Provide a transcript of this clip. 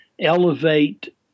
elevate